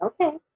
Okay